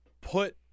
put